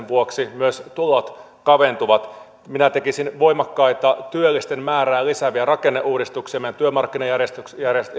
vuoksi myös tulot kaventuvat minä tekisin voimakkaita työllisten määrää lisääviä rakenneuudistuksia meidän